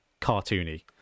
cartoony